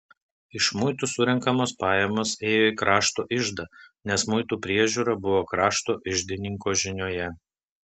iš muitų surenkamos pajamos ėjo į krašto iždą nes muitų priežiūra buvo krašto iždininko žinioje